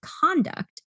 conduct